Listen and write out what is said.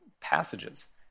passages